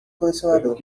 colecionador